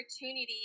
opportunity